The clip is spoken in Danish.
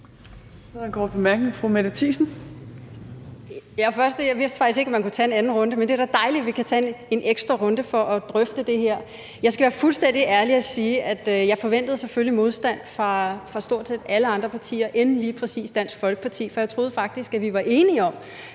Jeg vidste faktisk ikke, at man kunne tage en anden runde, men det er da dejligt, at vi kan tage en ekstra runde for at drøfte det her. Jeg skal være fuldstændig ærlig og sige, at jeg selvfølgelig forventede modstand fra stort set alle andre partier end lige præcis Dansk Folkeparti, for jeg troede faktisk, at vi var enige om